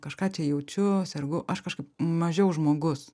kažką čia jaučiu sergu aš kažkaip mažiau žmogus